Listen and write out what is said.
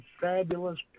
fabulous